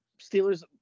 Steelers